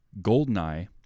Goldeneye